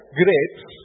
grapes